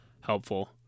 helpful